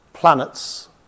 planets